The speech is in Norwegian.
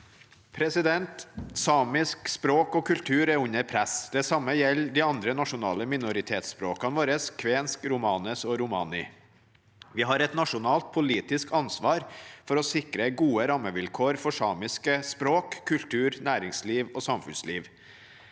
Samisk språk og kultur er under press. Det samme gjelder de andre nasjonale minoritetsspråkene våre: kvensk, romanes og romani. Vi har et nasjonalt politisk ansvar for å sikre gode rammevilkår for samisk språk, kultur, næringsliv og samfunnsliv.